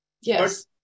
Yes